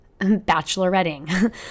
bacheloretting